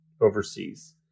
overseas